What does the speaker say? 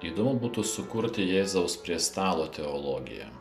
įdomu būtų sukurti jėzaus prie stalo teologiją